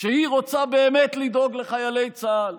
שהיא רוצה לדאוג באמת לחיילי צה"ל,